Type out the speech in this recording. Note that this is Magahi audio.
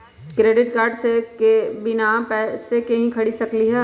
क्रेडिट कार्ड से बिना पैसे के ही खरीद सकली ह?